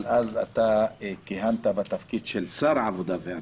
אבל אתה כיהנת בתפקיד של שר העבודה והרווחה.